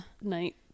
night